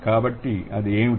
కాబట్టి అది ఏమిటి